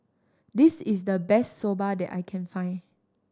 this is the best Soba that I can find